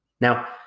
Now